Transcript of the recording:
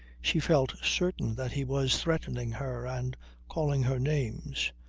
she felt certain that he was threatening her and calling her names.